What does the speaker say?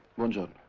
manzoni.